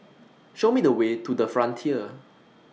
Show Me The Way to The Frontier